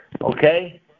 Okay